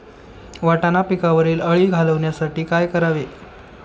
वाटाणा पिकावरील अळी घालवण्यासाठी काय करावे?